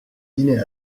dîner